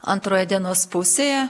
antroje dienos pusėje